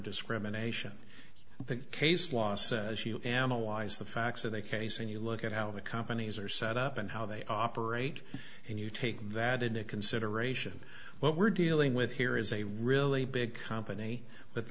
discrimination the case law says you analyze the facts of the case and you look at how the companies are set up and how they operate and you take that into consideration what we're dealing with here is a really big company with